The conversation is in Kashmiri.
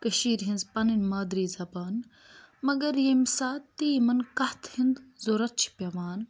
کٔشیٖر ہِنٛز پَنٕنۍ مادری زَبان مگر ییٚمہِ ساتہٕ تہِ یِمَن کَتھ ہِنٛد ضوٚرَتھ چھِ پٮ۪وان